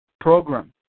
program